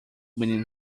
menino